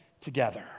together